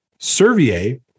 Servier